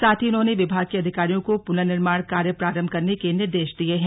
साथ ही उन्होंने विभाग के अधिकारियों को पुनर्निर्माण कार्य प्रारम्भ करने के निर्देश दिए हैं